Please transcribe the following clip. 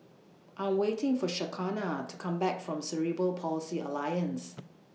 I Am waiting For Shaquana to Come Back from Cerebral Palsy Alliance